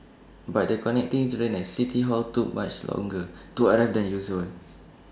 but the connecting train at city hall took much longer to arrive than usual